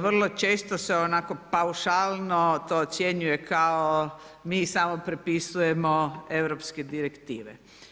vrlo često se onako paušalno to ocjenjuje kao mi samo prepisujemo europske direktive.